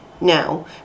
now